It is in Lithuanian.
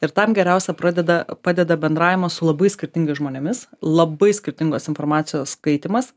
ir tam geriausia pradeda padeda bendravimas su labai skirtingais žmonėmis labai skirtingos informacijos skaitymas